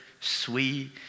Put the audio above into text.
sweet